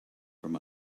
from